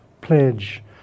pledge